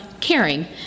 caring